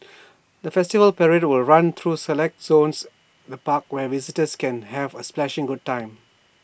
the festival parade will run through select zones the park where visitors can have A splashing good time